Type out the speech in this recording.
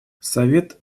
совет